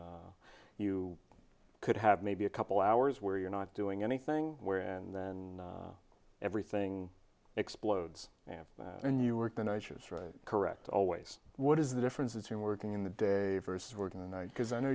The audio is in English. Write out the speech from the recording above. know you could have maybe a couple hours where you're not doing anything where and then everything explodes yeah and you work the night shifts right correct always what is the difference between working in the day versus working and i because i know